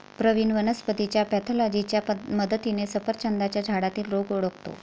प्रवीण वनस्पतीच्या पॅथॉलॉजीच्या मदतीने सफरचंदाच्या झाडातील रोग ओळखतो